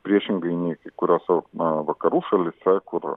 priešingai nei kai kuriose na vakarų šalyse kur